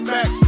Max